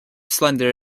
slender